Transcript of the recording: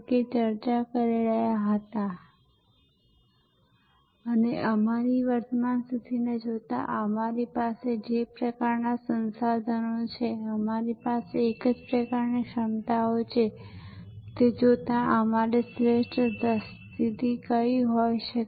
તેથી પરિણામે મારુ ઉડ્ડયન ઉતાર થવાનૂ હતુ તે પહેલા એરપોર્ટ પર ઘણો સમય ઉપલબ્ધ હતો અને તેના કારણે મારો શોપિંગ માટે ઉપલબ્ધ સમય વધી ગયો